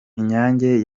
inyange